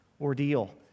ordeal